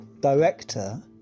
director